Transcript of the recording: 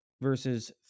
verses